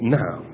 now